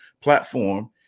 platform